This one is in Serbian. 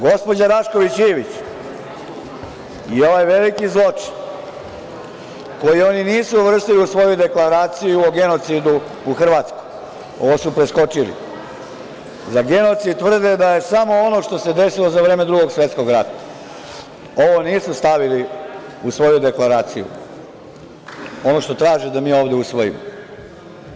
Gospođa Rašković Ivić je ovaj veliki zločin, koji oni nisu uvrstili u svoju deklaraciju o genocidu u Hrvatskoj, ovo su preskočili, za genocid tvrde da je samo ono što se desilo za vreme Drugog svetskog rata, ovo nisu stavili u svoju deklaraciju, ono što traže da mi ovde usvojimo.